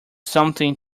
something